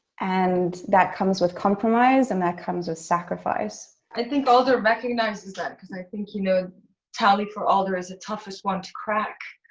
and that comes with compromise. and that comes with sacrifice. i think alder recognizes that. because i think you know tally, for alder, is a toughish one to crack.